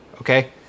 Okay